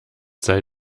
sei